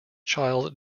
child